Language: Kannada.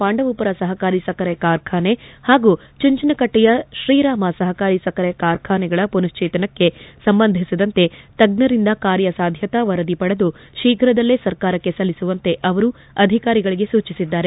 ಪಾಂಡವಪುರ ಸಹಕಾರಿ ಸಕ್ಕರೆ ಕಾರ್ಖಾನೆ ಹಾಗೂ ಚುಂಚನಕಟ್ಟೆಯ ತ್ರೀರಾಮ ಸಹಕಾರಿ ಸಕ್ಕರೆ ಕಾರ್ಖಾನೆಗಳ ಪುನಕ್ಟೇತನಕ್ಕೆ ಸಂಬಂಧಿಸಿದಂತೆ ತಜ್ಞರಿಂದ ಕಾರ್ಯಸಾಧ್ಯತಾ ವರದಿ ಪಡೆದು ತೀಪುದಲ್ಲೇ ಸರ್ಕಾರಕ್ಕೆ ಸಲ್ಲಿಸುವಂತೆ ಅವರು ಅಧಿಕಾರಿಗಳಿಗೆ ಸೂಚಿಸಿದ್ದಾರೆ